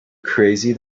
crazy